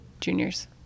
juniors